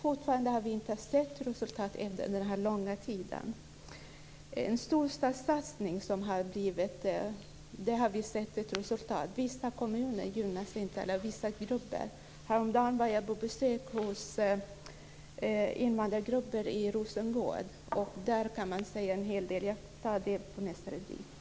Ännu har vi inte sett resultaten. Vad gäller storstadssatsningen har vi sett ett resultat. Vissa kommuner och vissa grupper gynnas inte. Häromdagen var jag på besök hos invandrargrupper i Rosengård. Där kan man säga en hel del. Jag tar det i nästa replik.